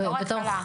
בתור התחלה?